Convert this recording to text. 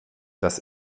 das